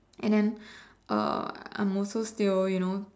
and then uh I'm also still you know